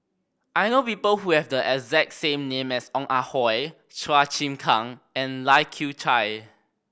I know people who have the exact name as Ong Ah Hoi Chua Chim Kang and Lai Kew Chai